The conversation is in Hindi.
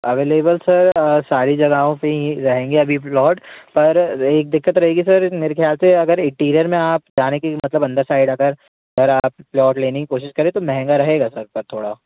अवेलबल सर सारी जगहों पर ही रहेंगे अभी प्लॉट पर एक दिक्कत रहेगी सर मेरे ख़्याल से अगर इंटीरियर में आप जाने कि मतलब अंदर साइड अगर सर आप प्लॉट लेने की कोशिश करे तो महंगा रहेगा सर पर थोड़ा